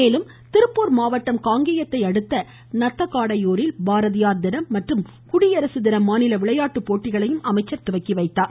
மேலும் திருப்பூர் மாவட்டம் காங்கேயத்தை அடுத்த நத்தக்காடையூரில் பாரதியார் தினம் மற்றும் குடியரசு தின மாநில விளையாட்டு போட்டிகளை அமைச்சர் துவக்கி வைத்தார்